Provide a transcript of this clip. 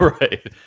Right